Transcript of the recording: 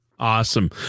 Awesome